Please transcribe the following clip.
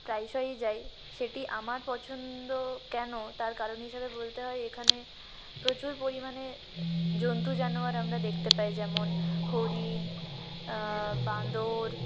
প্রায়শই যাই সেটি আমার পছন্দ কেন তার কারণ হিসেবে বলতে হয় এখানে প্রচুর পরিমাণে জন্তু জানোয়ার আমরা দেখতে পাই যেমন হরিণ বাঁদর